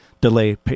delay